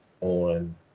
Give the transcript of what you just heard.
on